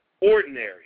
ordinary